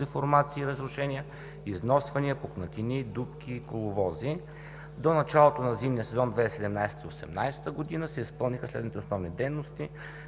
деформации и разрушения, износвания, пукнатини, дупки и коловози. До началото на зимния сезон 2017 – 2018 г. се изпълниха следните основни дейности: